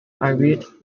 irate